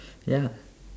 ya